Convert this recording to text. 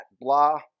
blah